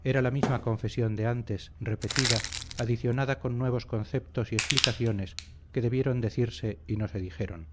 era la misma confesión de antes repetida adicionada con nuevos conceptos y explicaciones que debieron decirse y no se dijeron